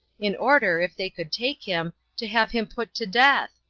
in order, if they could take him, to have him put to death?